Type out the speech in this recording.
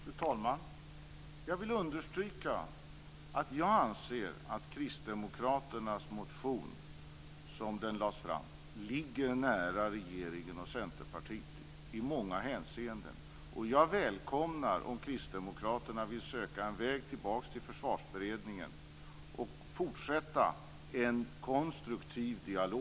Fru talman! Jag vill understryka att jag anser att Kristdemokraternas motion, som den lades fram, ligger nära regeringen och Centerpartiet i många hänseenden. Jag välkomnar om Kristdemokraterna vill söka en väg tillbaka till Försvarsberedningen och fortsätta en konstruktiv dialog.